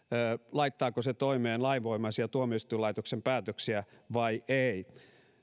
laittaako se toimeen lainvoimaisia tuomioistuinlaitoksen päätöksiä vai ei